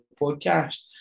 podcast